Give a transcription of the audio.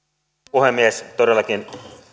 puhemies todellakin